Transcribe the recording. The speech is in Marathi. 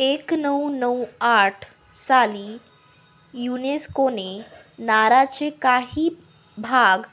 एक नऊ नऊ आठसाली युनेस्कोने नाराचे काही भाग